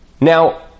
Now